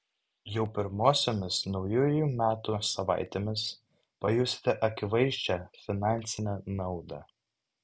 jau pirmosiomis naujųjų metų savaitėmis pajusite akivaizdžią finansinę naudą